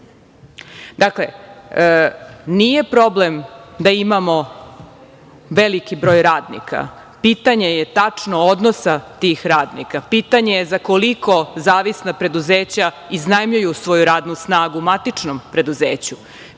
radnika. Nije problem da imamo veliki broj radnika. Pitanje je tačno odnosa tih radnika, pitanje je za koliko zavisna preduzeća iznajmljuju svoju radnu snagu matičnom preduzeću,